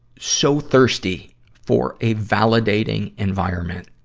so thirsty for a validating environment,